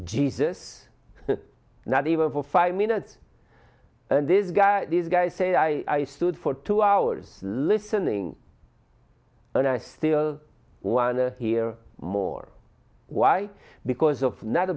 jesus not even for five minutes and this guy this guy said i stood for two hours listening and i still want to hear more why because of not